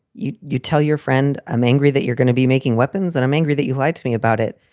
you you tell your friend, i'm angry that you're gonna be making weapons and i'm angry that you lied to me about it.